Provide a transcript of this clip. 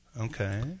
Okay